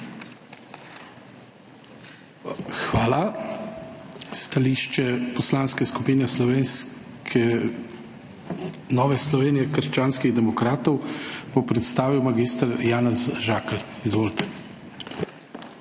Hvala. Stališče Poslanske skupine Nova Slovenija – krščanski demokrati bo predstavil mag. Janez Žakelj. Izvolite.